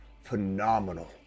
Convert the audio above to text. phenomenal